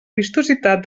vistositat